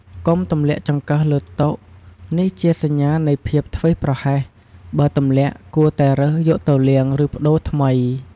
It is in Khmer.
កុំទម្លាក់ចង្កឹះលើតុ នេះជាសញ្ញានៃភាពធ្វេសប្រហែស បើទម្លាក់ គួរតែរើសយកទៅលាង ឬប្តូរថ្មី។